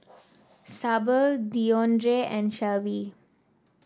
Sable Deondre and Shelvie